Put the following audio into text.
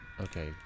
Okay